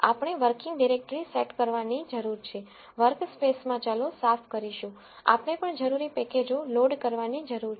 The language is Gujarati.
આપણે વર્કિંગ ડિરેક્ટરી સેટ કરવાની જરૂર છે વર્ક સ્પેસ માં ચલો સાફ કરીશું આપણે પણ જરૂરી પેકેજો લોડ કરવાની જરૂર છે